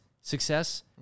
success